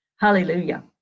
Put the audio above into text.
Hallelujah